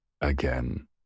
again